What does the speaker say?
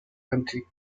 anti